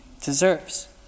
deserves